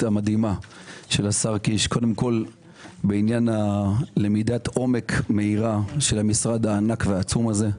המדהימה של השר קיש קודם כל בלמידת עומק מהירה של המשרד העצום הזה.